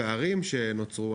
הפערים שנוצרו,